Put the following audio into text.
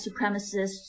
supremacists